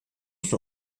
von